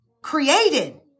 created